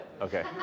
Okay